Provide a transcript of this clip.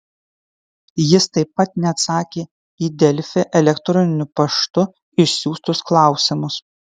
jis taip pat neatsakė į delfi elektroniniu paštu išsiųstus klausimus